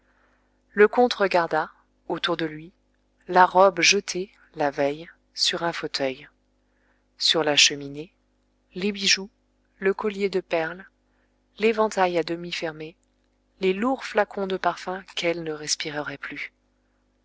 le comte regarda autour de lui la robe jetée la veille sur un fauteuil sur la cheminée les bijoux le collier de perles l'éventail à demi fermé les lourds flacons de parfums qu'elle ne respirerait plus